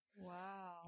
Wow